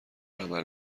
عمل